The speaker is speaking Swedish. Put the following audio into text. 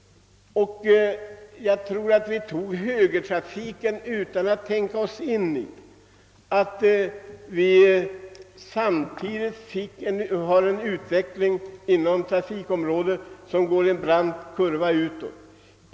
Jag tror att vi införde högertrafiken utan att tänka oss in i att utvecklingen inom trafikområdet samtidigt går i en brant kurva uppåt.